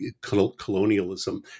colonialism